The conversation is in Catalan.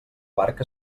barca